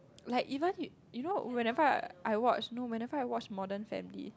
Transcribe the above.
like even y~ you know whenever I watch no whenever I watch modern-family